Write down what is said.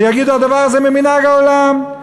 ויגידו: "דבר זה ממנהג העולם"